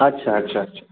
अच्छा अच्छा अच्छा